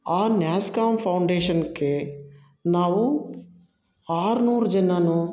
ಆ ನ್ಯಾಸ್ಕಾಮ್ ಫೌಂಡೇಶನ್ಗೆ ನಾವು ಆರ್ನೂರು ಜನರೂ